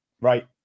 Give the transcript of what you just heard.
Right